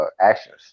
actions